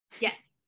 Yes